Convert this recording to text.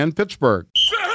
Pittsburgh